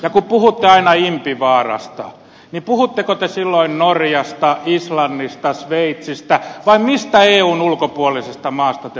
ja kun puhutte aina impivaarasta niin puhutteko te silloin norjasta islannista sveitsistä vai mistä eun ulkopuolisesta maasta te puhutte